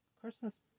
Christmas